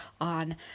on